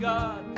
God